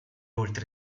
oltre